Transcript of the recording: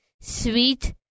sweet